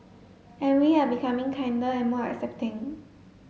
and we are becoming kinder and more accepting